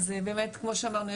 אז באמת כמו שאמרנו,